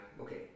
Okay